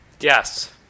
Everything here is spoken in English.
Yes